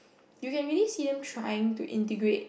you can really see them trying to integrate